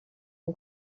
اون